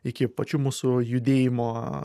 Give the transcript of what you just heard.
iki pačių mūsų judėjimo